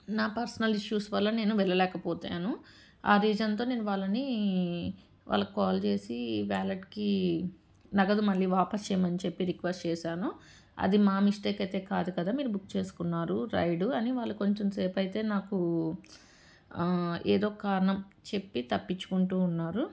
నా personal issues వల్ల నేను వెళ్ళలేకపోయాను ఆ రీజన్తో నేను వాళ్ళని వాళ్ళకి కాల్ చేసి వ్యాలెట్కి నగదు మళ్ళీ వాపస్ చేయమని చెప్పి రిక్వస్ట్ చేశాను అది మా మిస్టేక్ అయితే కాదు కదా మీరు బుక్ చేసుకున్నారు రైడు అని వాళ్ళు కొంచెం సేపు అయితే నాకు ఏదో కారణం చెప్పి తప్పించుకుంటూ ఉన్నారు